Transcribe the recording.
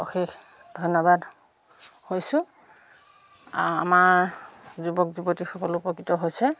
অশেষ ধন্যবাদ হৈছোঁ আমাৰ যুৱক যুৱতী সকলো উপকৃত হৈছে